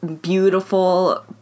beautiful